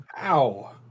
Ow